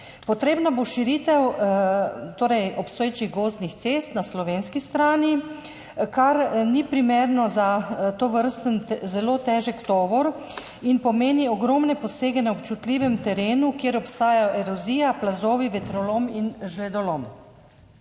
Potrebna bo širitev obstoječih gozdnih cest na slovenski strani, kar ni primerno za tovrsten zelo težek tovor in pomeni ogromne posege na občutljivem terenu, kjer obstajajo erozija, plazovi, vetrolom in žledolom.